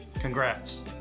Congrats